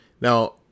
Now